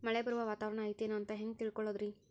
ಮಳೆ ಬರುವ ವಾತಾವರಣ ಐತೇನು ಅಂತ ಹೆಂಗ್ ತಿಳುಕೊಳ್ಳೋದು ರಿ?